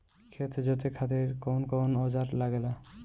खेत जोते खातीर कउन कउन औजार लागेला?